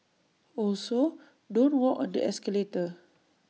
also don't walk on the escalator